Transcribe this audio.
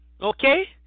okay